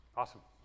Awesome